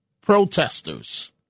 protesters